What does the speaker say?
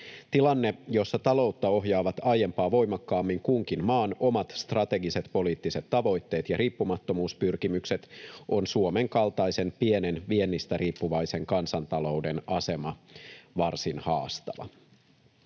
Tilanteessa, jossa taloutta ohjaavat aiempaa voimakkaammin kunkin maan omat strategiset poliittiset tavoitteet ja riippumattomuuspyrkimykset, on Suomen kaltaisen pienen, viennistä riippuvaisen kansantalouden asema varsin haastava.